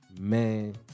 man